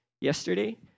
yesterday